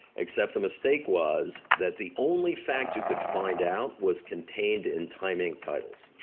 except the mistake was that the only fact you could find out was contained in time inc. titles.